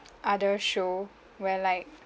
other show where like